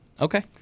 Okay